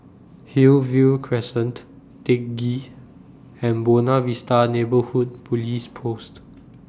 Hillview Crescent Teck Ghee and Buona Vista Neighbourhood Police Post